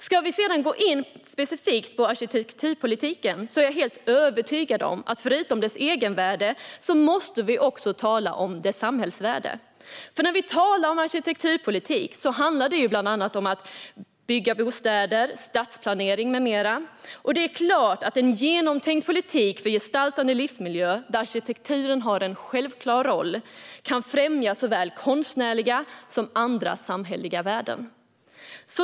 När det sedan gäller specifikt arkitekturpolitiken är jag helt övertygad om att förutom dess egenvärde måste vi tala om dess samhällsvärden, för när vi talar om arkitekturpolitik handlar det ju bland annat om bostadsbyggande, stadsplanering med mera. Det är klart att en genomtänkt politik för gestaltad livsmiljö, där arkitekturen har en självklar roll, kan främja såväl konstnärliga som andra samhälleliga värden.